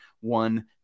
one